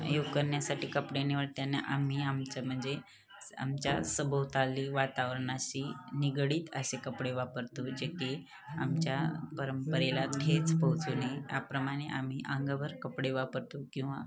योग करण्यासाठी कपडे निवडताना आम्ही आमचं म्हणजे आमच्या सभोवताली वातावरणाशी निगडीत असे कपडे वापरतो जे की आमच्या परंपरेला ठेच पोहचू नये याप्रमाणे आम्ही अंगभर कपडे वापरतो किंवा